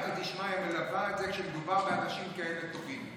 סייעתא דשמיא מלווה את זה כשמדובר באנשים כאלה טובים.